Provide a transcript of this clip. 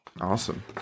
Awesome